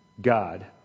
God